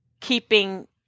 keeping